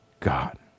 god